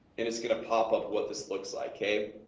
and it's gonna pop up what this looks like a